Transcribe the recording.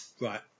Right